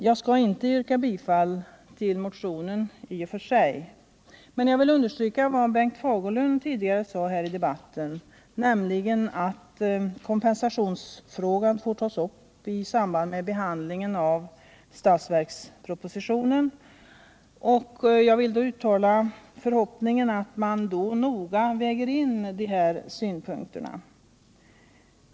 Jag skall inte yrka bifall till motionen, men jag vill understryka vad Bengt Fagerlund sade tidigare i debatten, nämligen att kompensationsfrågan får tas upp i samband med behandlingen av budgetpropositionen. Jag vill uttala förhoppningen att man då noga väger in de här synpunkterna.